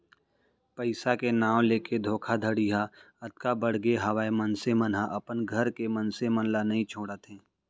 पइसा के नांव लेके धोखाघड़ी ह अतका बड़गे हावय मनसे मन ह अपन घर के मनसे मन ल नइ छोड़त हे